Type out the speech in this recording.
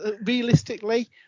realistically